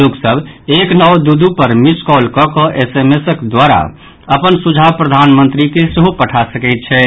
लोक सभ एक नओ दू दू पर मिस कॉल कऽ कऽ एसएमएसक द्वारा अपन सुझाव प्रधानमंत्री के सेहो पठा सकैत छथि